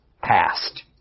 past